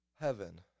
heaven